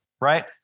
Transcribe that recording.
Right